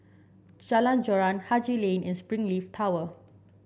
Jalan Joran Haji Lane and Springleaf Tower